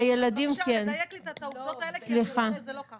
בבקשה, לדייק את העובדות כי זה לא ככה.